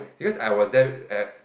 because I was there at